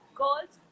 girls